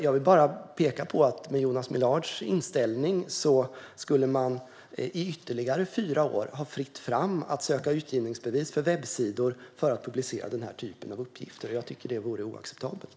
Jag vill bara peka på att man med Jonas Millards inställning skulle ha fritt fram i ytterligare fyra år att söka utgivningsbevis för webbsidor för att publicera den här typen av uppgifter. Jag tycker att det vore oacceptabelt.